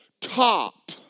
top